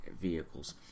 vehicles